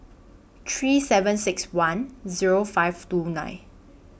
three seven six one Zero five two nine